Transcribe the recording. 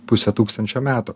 pusę tūkstančio metų